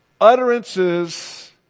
Utterances